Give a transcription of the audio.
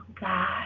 God